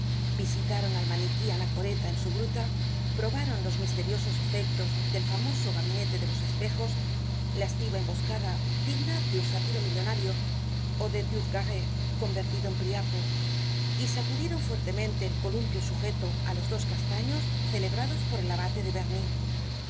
visitaron al maniquí anacoreta en su gruta probaron los misteriosos efectos del famoso gabinete de los espejos lasciva emboscada digna de un sátiro millonario ó de turcaret convertido en priapo y sacudieron fuertemente el columpio sujeto á los dos castaños celebrados por el abate de bernis